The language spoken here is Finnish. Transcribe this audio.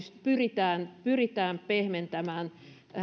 pyritään pyritään pehmentämään